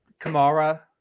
Kamara